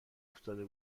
افتاده